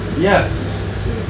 Yes